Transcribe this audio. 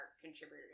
contributors